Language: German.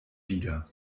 wieder